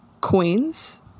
Queen's